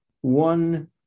one